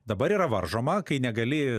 dabar yra varžoma kai negali